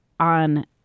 on